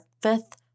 fifth